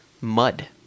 mud